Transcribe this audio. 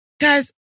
Guys